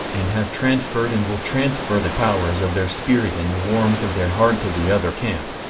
and have transferred and will transfer the powers of their spirit and the warmth of their heart to the other camp,